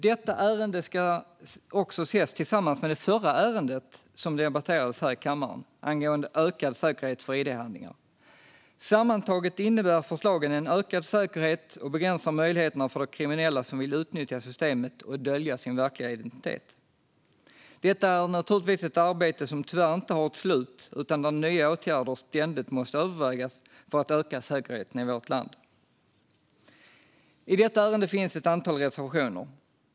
Detta ärende ska också ses tillsammans med det förra ärendet som debatterades här i kammaren angående ökad säkerhet för id-handlingar. Sammantaget innebär förslagen en ökad säkerhet och begränsar möjligheterna för de kriminella som vill utnyttja systemet och dölja sin verkliga identitet. Detta är naturligtvis ett arbete som tyvärr inte har ett slut utan där nya åtgärder ständigt måste övervägas för att öka säkerheten i vårt land. I detta ärende finns ett antal reservationer.